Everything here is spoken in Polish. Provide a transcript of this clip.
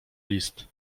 list